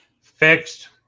Fixed